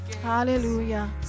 hallelujah